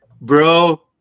Bro